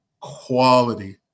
quality